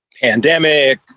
pandemic